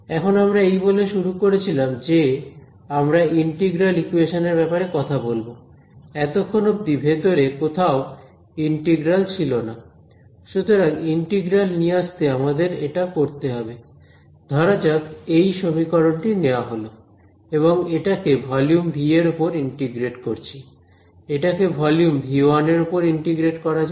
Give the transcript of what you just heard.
এখন আমরা এই বলে শুরু করেছিলাম যে আমরা ইন্টিগ্রাল ইকুয়েশন এর ব্যাপারে কথা বলব এতক্ষন অব্দি ভেতরে কোথাও ইন্টিগ্রাল ছিল না সুতরাং ইন্টিগ্রাল নিয়ে আসতে আমাদের এটা করতে হবে ধরা যাক এই সমীকরণটি নেয়া হলো এবং এটাকে ভলিউম V এর ওপর ইন্টিগ্রেট করছি এটাকে ভলিউম V1 এর ওপর ইন্টিগ্রেট করা যাক